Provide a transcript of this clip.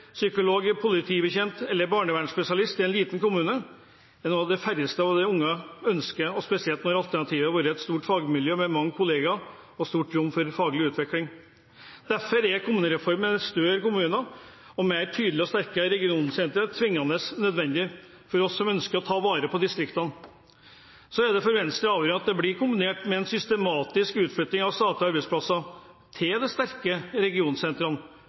psykolog, politibetjent eller barnevernsspesialist i en liten kommune er noe de færreste unge ønsker, spesielt når alternativet er å være i et stort fagmiljø med mange kolleger og stort rom for faglig utvikling. Derfor er en kommunereform, med større kommuner og mer tydelige og sterke regionsentre, tvingende nødvendig for oss som ønsker å ta vare på distriktene. For Venstre er det avgjørende at det blir kombinert med en systematisk utflytting av statlige arbeidsplasser til de sterke regionsentrene.